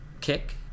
Kick